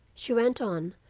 she went on,